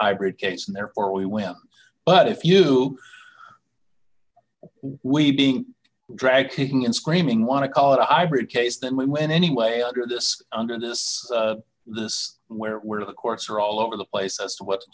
hybrid case and therefore we went but if you do we being dragged kicking and screaming want to call it i bridge case then we win anyway under this under this this where were the courts are all over the place as to what to